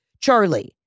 Charlie